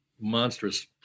monstrous